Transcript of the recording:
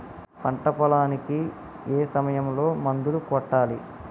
పంట పొలానికి ఏ సమయంలో మందులు కొట్టాలి?